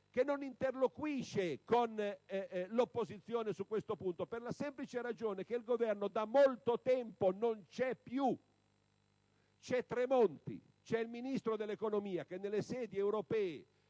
che non interloquisce con l'opposizione su questo punto per la semplice ragione che il Governo da molto tempo non c'è più: c'è Tremonti. C'è il Ministro dell'economia, che nelle sedi europee,